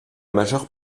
majeure